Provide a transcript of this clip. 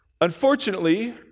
Unfortunately